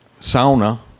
sauna